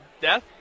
Death